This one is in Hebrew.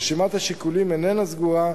רשימת השיקולים איננה סגורה,